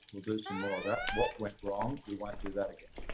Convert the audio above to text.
we'll do some more of that. what went wrong, we won't do that again.